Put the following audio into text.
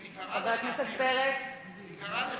היא קראה לך,